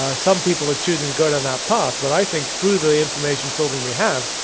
ah some people are choosing to go down that path, but i think through the the information filtering we have,